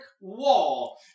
wall